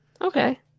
Okay